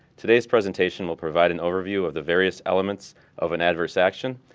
today's presentation will provide an overview of the various elements of an adverse action,